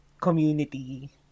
community